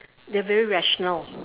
they're very rational